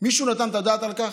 מישהו נתן את הדעת על כך?